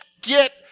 get